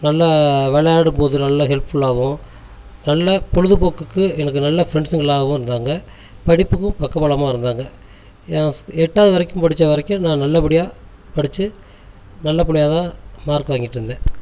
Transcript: நல்ல விளையாடும் போது நல்ல ஹெல்ப் ஃபுல்லாவும் நல்ல பொழுது போக்குக்கு எனக்கு நல்ல ஃப்ரெண்ட்ஸ்சுங்களாகவும் இருந்தாங்கள் படிப்புக்கும் பக்க பலமாக இருந்தாங்கள் எட்டாவது வரைக்கும் படிச்ச வரைக்கும் நான் நல்ல படியா படிச்சு நல்ல பிள்ளையாத்தான் மார்க் வாங்கிட்டு இருந்தேன்